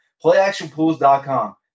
PlayActionPools.com